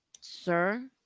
Sir